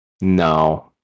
No